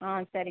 ஆ சரி